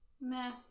Meh